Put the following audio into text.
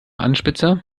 anspitzer